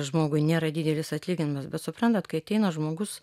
žmogui nėra didelis atlyginimas bet suprantat kai ateina žmogus